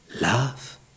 Love